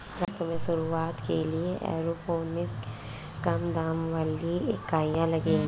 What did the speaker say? रमेश तुम्हें शुरुआत के लिए एरोपोनिक्स में कम दबाव वाली इकाइयां लगेगी